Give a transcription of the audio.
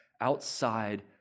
outside